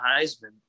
Heisman